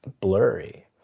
blurry